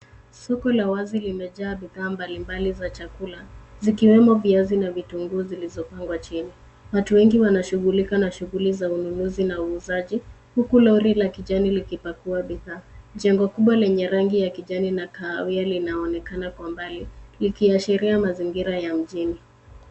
Soko la wazi limejaa bidhaa mbalimbali za chakula zikiwemo viazi na vitunguu zilizopangwa chini. Watu wengi wanashughulika na shughuli za ununuzi na uuzaji huku lori la kijani likipakua bidhaa. Jengo kubwa lenye rangi ya kijani na kahawia linaonekana kwa mbali likiashiria mazingira ya mjini.